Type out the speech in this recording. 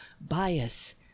bias